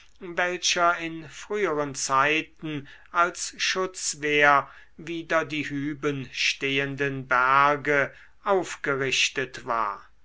welcher in früheren zeiten als schutzwehr wider die hüben stehenden berge aufgerichtet war